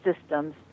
systems